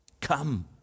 Come